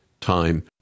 time